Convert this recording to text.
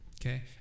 Okay